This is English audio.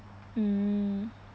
mm